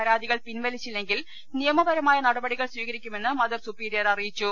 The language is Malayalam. പരാ തികൾ പിൻവലിച്ചില്ലെങ്കിൽ നിയമപരമായ നടപടികൾ സ്വീകരിക്കു മെന്ന് മദർ സുപ്പീരിയർ അറിയിച്ചു